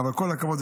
כל הכבוד.